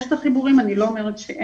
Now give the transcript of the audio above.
יש את החיבורים, אני לא אומרת שאין,